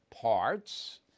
parts